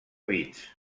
bits